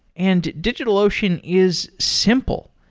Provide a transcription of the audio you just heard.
and digitalocean is simple.